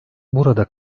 burada